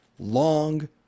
long